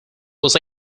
was